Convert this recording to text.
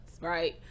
right